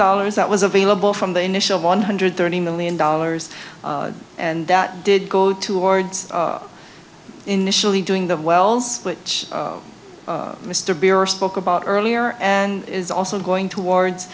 dollars that was available from the initial one hundred thirty million dollars and that did go to wards initially doing the wells which mr brewer spoke about earlier and is also going to ward